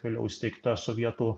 vėliau įsteigta sovietų